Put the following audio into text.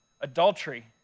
adultery